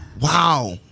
Wow